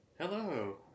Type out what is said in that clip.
Hello